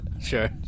sure